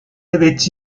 avait